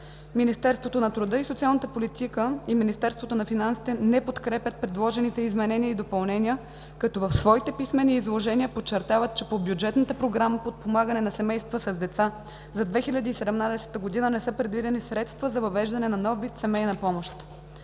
Министерството на труда и социалната политика и Министерството на финансите не подкрепят предложените изменения и допълнения, като в своите писмени изложения подчертават, че по бюджетна програма „Подпомагане на семейства с деца“ за 2017 г. не са предвидени средства за въвеждане на нов вид семейна помощ,